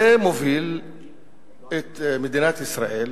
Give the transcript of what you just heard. זה מוביל את מדינת ישראל,